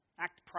act